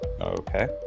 Okay